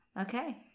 Okay